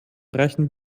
reichen